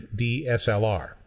DSLR